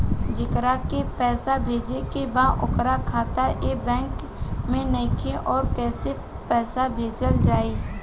जेकरा के पैसा भेजे के बा ओकर खाता ए बैंक मे नईखे और कैसे पैसा भेजल जायी?